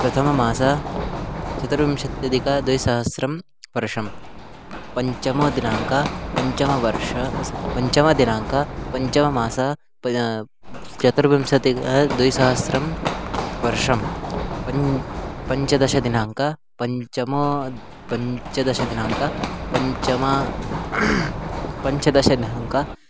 प्रथममासः चतुर्विंशत्यधिकद्विसहस्रं वर्षं पञ्चमः दिनाङ्कः पञ्चमवर्षः सोरि पञ्चमदिनाङ्कः पञ्चममासः चतुर्विंशतिः द्विसहस्रं वर्षः पञ्च पञ्चदशदिनाङ्कः पञ्चमः पञ्चदशदिनाङ्कः पञ्चमः पञ्चदशदिनाङ्कः